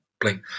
blink